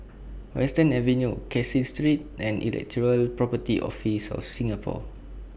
Western Avenue Caseen Street and Intellectual Property Office of Singapore